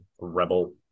rebel